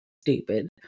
stupid